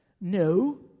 No